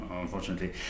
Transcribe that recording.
Unfortunately